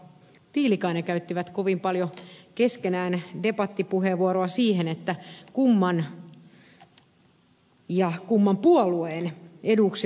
tiilikainen käyttivät kovin paljon keskenään debattipuheenvuoroja siihen kumman ja kumman puolueen eduksi laitetaan työllistämisseteli